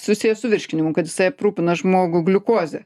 susijęs su virškinimu kad jisai aprūpina žmogų gliukoze